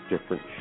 different